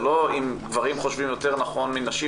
זה לא אם גברים חושבים יותר נכון מנשים,